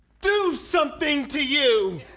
do something to you!